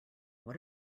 what